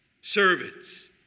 servants